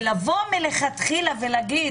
לבוא מלכתחילה ולשאול,